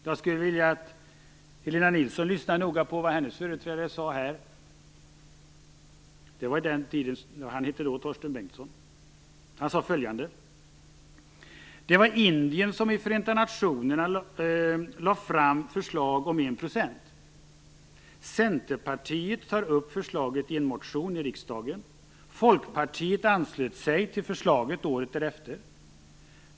Jag skulle vilja att Helena Nilsson lyssnar noga på vad hennes företrädare, han hette Torsten "Det var Indien som i Förenta nationerna lade fram förslag om 1 %. Centerpartiet tog upp förslaget i en motion i riksdagen. Folkpartiet anslöt sig till förslaget året efter.